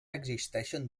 existeixen